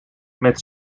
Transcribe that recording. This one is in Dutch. met